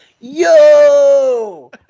Yo